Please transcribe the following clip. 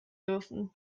dürfen